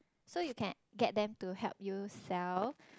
so you can get them to help you sell